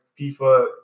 FIFA